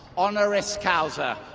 honoris causa